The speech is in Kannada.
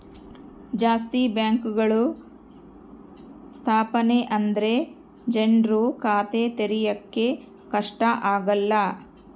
ಜಾಸ್ತಿ ಬ್ಯಾಂಕ್ಗಳು ಸ್ಥಾಪನೆ ಆದ್ರೆ ಜನ್ರು ಖಾತೆ ತೆರಿಯಕ್ಕೆ ಕಷ್ಟ ಆಗಲ್ಲ